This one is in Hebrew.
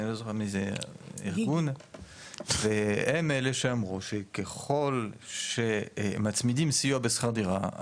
אני לא זוכר מאיזה ארגון והם אלה שאמרו שככול שמצמידים סיוע בשכר דירה,